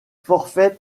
forfait